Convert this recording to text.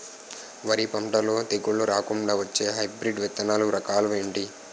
వరి పంటలో తెగుళ్లు రాకుండ వచ్చే హైబ్రిడ్ విత్తనాలు రకాలు ఏంటి?